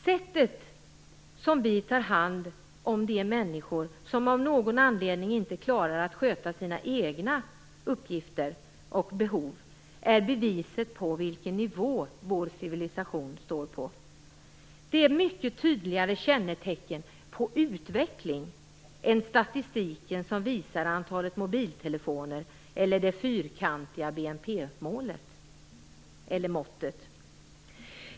Sättet vi tar hand om de människor som av någon anledning inte klarar av att sköta sina egna uppgifter och behov är beviset på vilken nivå vår civilisation står på. Det är ett mycket tydligare kännetecken på utveckling än statistiken som visar antalet mobiltelefoner, eller det fyrkantiga BNP-måttet.